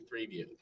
preview